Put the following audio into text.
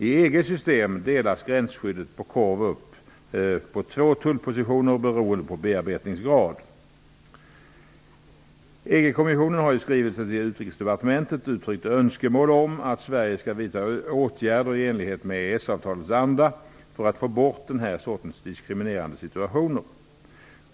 I EG:s system delas gränsskyddet på korv upp mellan två tullpositioner beroende på bearbetningsgrad. EG-kommissionen har i en skrivelse till Utrikesdepartementet uttryckt önskemål om att Sverige skall vidta åtgärder i enlighet med EES avtalets anda för att få bort den här sortens diskriminerande situationer.